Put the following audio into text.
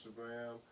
instagram